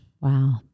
Wow